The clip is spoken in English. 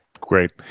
Great